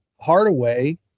Hardaway